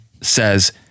says